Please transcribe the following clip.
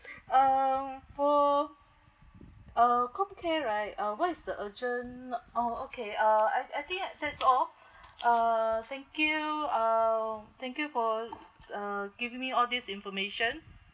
um for uh comcare right uh what is the urgent no oh okay uh I I think that's all uh thank you um thank you for uh giving me all these information